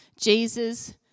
Jesus